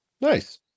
Nice